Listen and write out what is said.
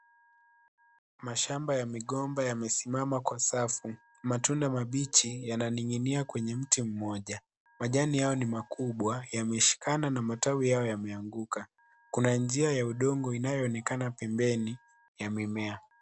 Mashamba ya migomba yamesimama safi . Matunda mabichi yananing'inia kwenye mti moja, majani hayo ni makubwa yameshikana na matawi yao yameanguka, kuna njia ya udongo inayoonekana pembeni ya mimea.